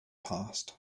passed